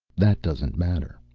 that doesn't matter.